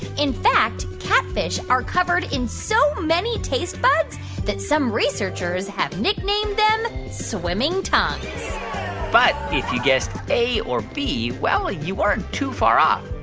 in fact, catfish are covered in so many taste buds that some researchers have nicknamed them swimming tongues but if you guessed a or b, well, you weren't too far off.